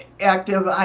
Active